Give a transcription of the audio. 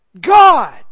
God